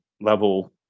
level